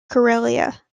karelia